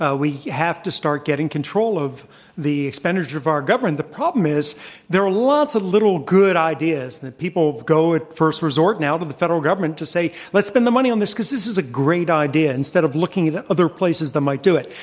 ah we have to start getting control of the expenditure part of our government. but the problem is there are lots of little good ideas and that people go at first resort now to the federal government to say, let's spend the money on this because this is a great idea, instead of looking at at other places that might do it.